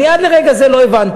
אני עד לרגע זה לא הבנתי.